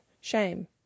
Shame